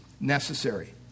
necessary